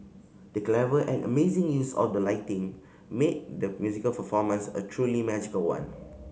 the clever and amazing use of the lighting made the musical performance a truly magical one